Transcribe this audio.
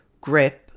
grip